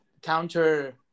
Counter